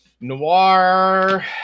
Noir